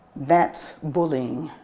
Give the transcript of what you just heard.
that's bullying